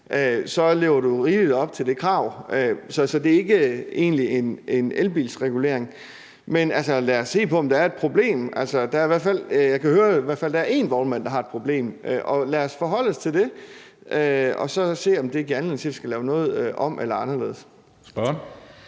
så lever du jo rigeligt op til det krav, så det egentlig ikke er en elbilsregulering. Men lad os se på, om der er et problem. Jeg kan høre, at der i hvert fald er én vognmand, der har et problem, så lad os forholde os til det og se, om det giver anledning til, at der skal laves noget om, eller om noget